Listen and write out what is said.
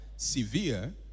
severe